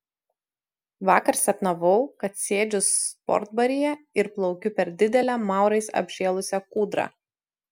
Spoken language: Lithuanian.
vakar sapnavau kad sėdžiu sportbatyje ir plaukiu per didelę maurais apžėlusią kūdrą